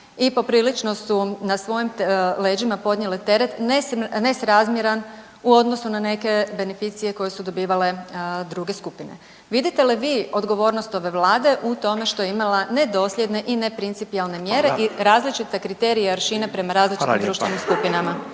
i poprilično su na svojim leđima podnijeli teret nesrazmjeran u odnosu na neke beneficije koje su dobivale druge skupine. Vidite li vi odgovornost ove Vlade u tome što je imala ne dosljedne i neprincipijelne …/Upadica: Hvala./… i različite kriterije i aršine prema različitim društvenim skupinama.